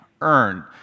earn